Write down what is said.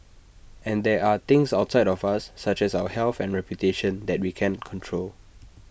and there are things outside of us such as our health and reputation that we can't control